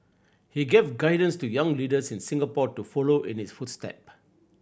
he gave guidance to young leaders in Singapore to follow in his footstep